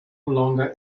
longer